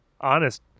honest